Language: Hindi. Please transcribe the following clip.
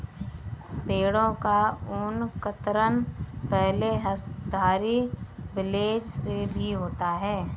भेड़ों का ऊन कतरन पहले हस्तधारी ब्लेड से भी होता है